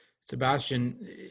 Sebastian